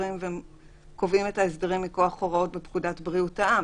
חוזרים וקובעים את ההסדרים מכוח הוראות בפקודת בריאות העם?